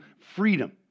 freedom